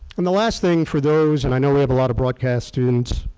and the last thing for those, and i know we have a lot of broadcast students,